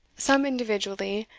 some individually,